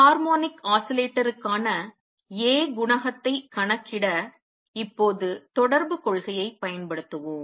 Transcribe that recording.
harmonic ஆஸிலேட்டருக்கான A குணகத்தைக் கணக்கிட இப்போது தொடர்புக் கொள்கையைப் பயன்படுத்துவோம்